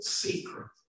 secret